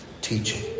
teaching